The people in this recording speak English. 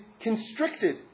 constricted